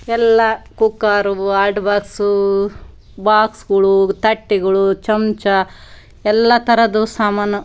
ಎಲ್ಲ ಕುಕ್ಕಾರು ಆಲ್ಟ್ ಬಾಕ್ಸು ಬಾಕ್ಸ್ಗಳು ತಟ್ಟೆಗಳು ಚಮಚ ಎಲ್ಲ ಥರದು ಸಾಮಾನು